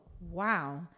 wow